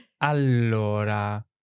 Allora